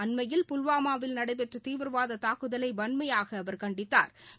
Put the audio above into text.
அண்மையில் புல்வாமாவில் நடைபெற்ற தீவிரவாத தாக்குதலை வன்மையாக அவர் கண்டித்தாா்